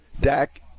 Dak